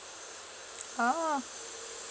oh